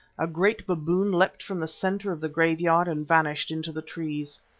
a great baboon leapt from the centre of the graveyard and vanished into the trees.